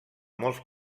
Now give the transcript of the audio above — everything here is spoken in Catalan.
molts